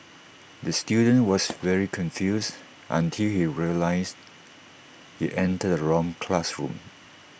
the student was very confused until he realised he entered the wrong classroom